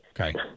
Okay